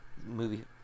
movie